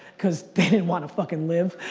cause they didn't wanna fuckin' live.